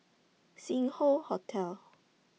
Sing Hoe Hotel